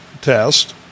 test